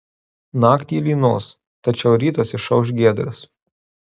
naktį lynos tačiau rytas išauš giedras